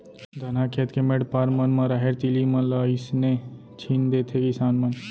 धनहा खेत के मेढ़ पार मन म राहेर, तिली मन ल अइसने छीन देथे किसान मन